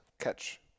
catch